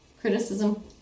criticism